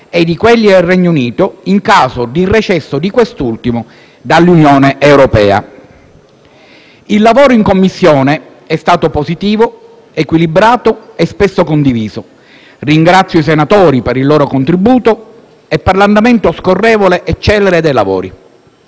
e di quelli del Regno Unito in caso di un recesso di quest'ultimo dall'Unione europea. Il lavoro in Commissione è stato positivo, equilibrato e spesso condiviso. Ringrazio i senatori, per il loro contributo e per l'andamento scorrevole e celere dei lavori,